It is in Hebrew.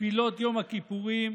תפילות יום הכיפורים,